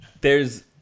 theres